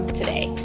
today